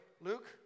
Luke